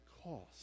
cost